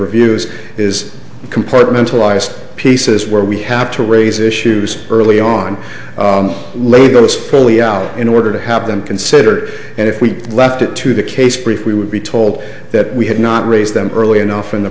reviews is compartmentalize pieces where we have to raise issues early on legal is fully out in order to have them consider it and if we left it to the case brief we would be told that we had not raised them early enough in the